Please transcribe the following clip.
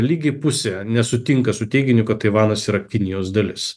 lygiai pusė nesutinka su teiginiu kad taivanas yra kinijos dalis